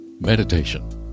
Meditation